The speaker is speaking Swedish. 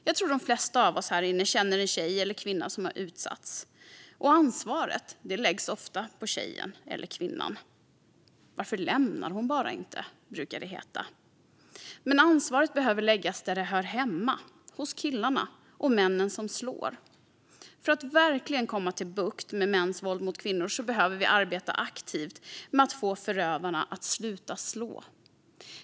Jag tror de flesta av oss härinne känner en tjej eller kvinna som utsatts, och ansvarets läggs ofta på tjejen eller kvinnan. Det brukar heta: Varför lämnar hon inte bara? Men ansvaret behöver läggas där det hör hemma, hos killarna och männen som slår. För att verkligen få bukt med mäns våld mot kvinnor behöver vi arbeta aktivt med att få förövarna att sluta slå.